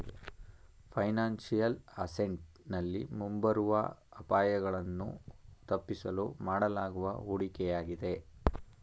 financial asset ನಲ್ಲಿ ಮುಂಬರುವ ಅಪಾಯಗಳನ್ನು ತಪ್ಪಿಸಲು ಮಾಡಲಾಗುವ ಹೂಡಿಕೆಯಾಗಿದೆ